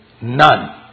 none